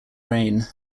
reign